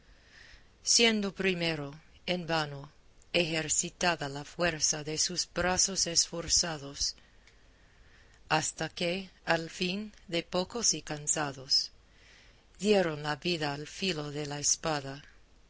siendo primero en vano ejercitada la fuerza de sus brazos esforzados hasta que al fin de pocos y cansados dieron la vida al filo de la espada